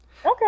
Okay